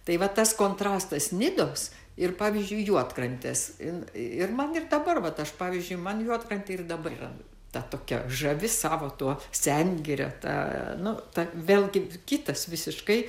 tai va tas kontrastas nidos ir pavyzdžiui juodkrantės ir man ir dabar vat aš pavyzdžiui man juodkrantė ir dabar yra ta tokia žavi savo tuo sengire ta nu ta vėlgi kitas visiškai